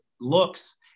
looks